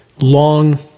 long